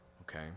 okay